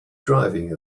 driving